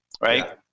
Right